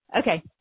Okay